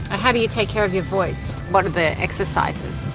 ah how do you take care of your voice? what are the exercises?